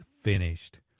finished